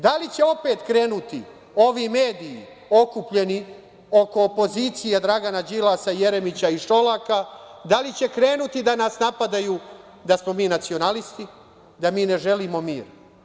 Da li će opet krenuti ovi mediji okupljeni oko opozicije, Dragana Đilasa, Jeremića i Šolaka, da li će krenuti da nas napadaju, da smo mi nacionalisti, da mi ne želimo mir?